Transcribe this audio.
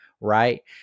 right